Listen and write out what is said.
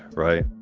right?